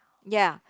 ya